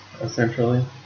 essentially